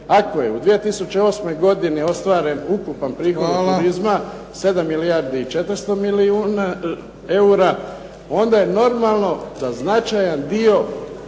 Ako je u 2008. godini ostvaren ukupan prihod od turizma 7 milijardi i 400 milijuna eura onda je normalno da značajan dio